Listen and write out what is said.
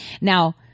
Now